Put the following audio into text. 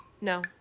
No